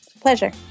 pleasure